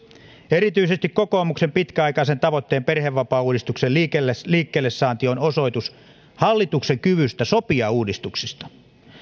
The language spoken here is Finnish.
erityisesti kokoomuksen pitkäaikaisen tavoitteen perhevapaauudistuksen liikkeelle saanti on osoitus hallituksen kyvystä sopia uudistuksista